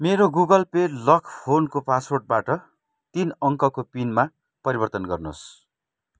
मेरो Google Pay lock फोनको पासवर्डबाट तिन अङ्कको पिनमा परिवर्तन गर्नुहोस्